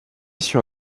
sur